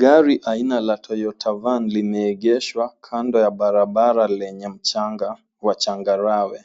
Gari aina ya Toyota van limeegeshwa kando ya barabara lenye mchanga la changarawe.